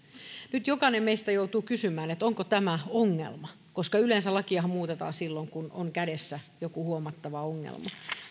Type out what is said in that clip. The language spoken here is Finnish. nyt jokainen meistä joutuu kysymään onko tämä ongelma koska yleensä lakiahan muutetaan silloin kun on kädessä joku huomattava ongelma